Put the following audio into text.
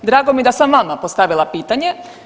Drago mi da sam vama postavila pitanje.